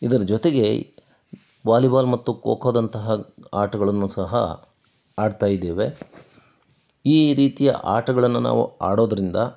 ಇದರ ಜೊತೆಗೆ ವಾಲಿಬಾಲ್ ಮತ್ತು ಖೋಖೋದಂತಹ ಆಟಗಳನ್ನು ಸಹ ಆಡ್ತಾಯಿದ್ದೇವೆ ಈ ರೀತಿ ಆಟಗಳನ್ನು ನಾವು ಆಡೋದರಿಂದ